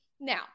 Now